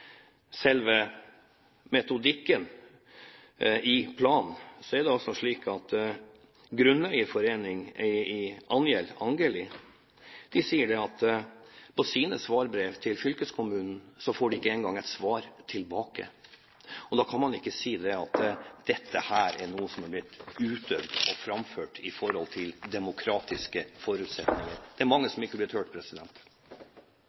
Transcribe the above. selve metodikken i planen, er det slik at grunneierforeningen i Angeli sier at de ikke engang får svar tilbake på sine brev til fylkeskommunen, og da kan man ikke si at dette er noe som er blitt utøvd og framført i forhold til demokratiske forutsetninger. Det er mange